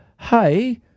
hey